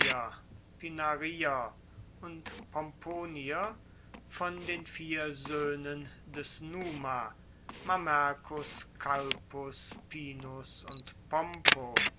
und pomponier von den vier soehnen des numa mamercus calpus pinus und